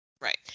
Right